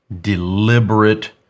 deliberate